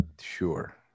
sure